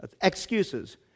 excuses